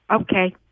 Okay